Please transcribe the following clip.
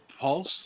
Pulse